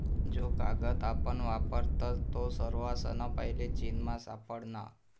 जो कागद आपण वापरतस तो सर्वासना पैले चीनमा सापडना